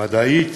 מדעית.